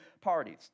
parties